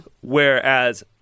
Whereas